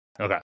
Okay